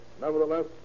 Nevertheless